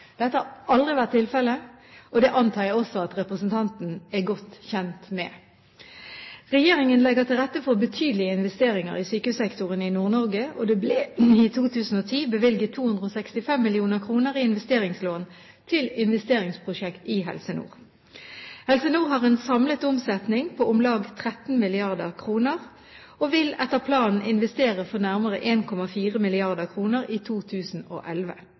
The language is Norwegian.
har aldri vært tilfellet, og det antar jeg at representanten er godt kjent med. Regjeringen legger til rette for betydelige investeringer i sykehussektoren i Nord-Norge, og det ble i 2010 bevilget 265 mill. kr i investeringslån til investeringsprosjekter i Helse Nord. Helse Nord har en samlet omsetning på om lag 13 mrd. kr og vil etter planen investere for nærmere 1,4 mrd. kr i 2011. Det pågår store byggeprosjekter i